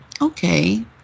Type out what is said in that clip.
Okay